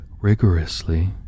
rigorously